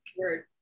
Word